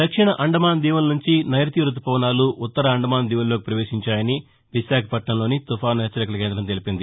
దక్షిణ అండమాన్ దీవుల నుంచి నైరుతి రుతు పవనాలు ఉత్తర అండమాన్ దీవుల్లోకి ప్రవేశించాయని విశాఖపట్నం తుఫాను హెచ్చరికల కేంద్రం తెలిపింది